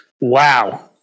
Wow